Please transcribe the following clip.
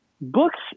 books